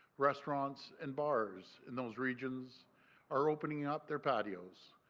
restaurants and bars in those regions are opening up their patios.